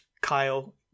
Kyle